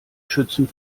schützen